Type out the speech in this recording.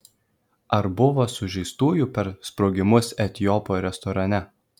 ar buvo sužeistųjų per sprogimus etiopo restorane